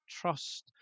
trust